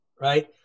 right